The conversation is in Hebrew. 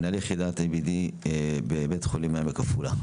מנהל יחידת IBD בבית חולים העמק בעפולה,